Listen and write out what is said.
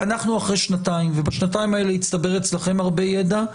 אנחנו אחרי שנתיים ובשנתיים האלה הצטבר אצלכם הרבה ידע,